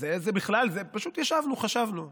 פשוט ישבנו וחשבנו,